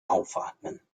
aufatmen